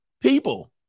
people